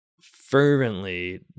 fervently